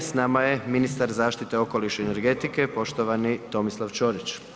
S nama je ministar zaštite okoliša i energetike poštovani Tomislav Ćorić.